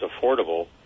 affordable